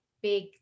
big